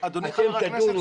אדוני חבר הכנסת,